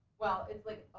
well, it's like